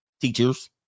Teachers